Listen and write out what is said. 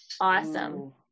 awesome